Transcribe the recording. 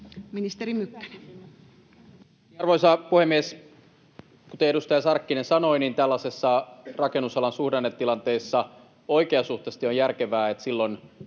Content: Arvoisa puhemies! Kuten edustaja Sarkkinen sanoi, tällaisessa rakennusalan suhdannetilanteessa oikeasuhtaisesti on järkevää, että silloin